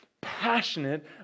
passionate